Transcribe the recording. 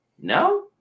No